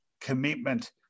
commitment